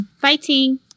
fighting